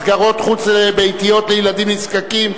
מסגרות חוץ-ביתיות לילדים נזקקים),